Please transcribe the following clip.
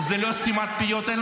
זה סתימת פיות שאין לתאר.